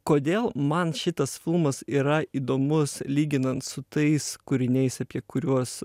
kodėl man šitas filmas yra įdomus lyginant su tais kūriniais apie kuriuos